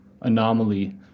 anomaly